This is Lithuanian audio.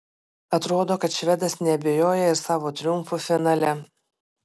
atrodo kad švedas neabejoja ir savo triumfu finale